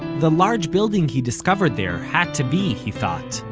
the large building he discovered there had to be, he thought,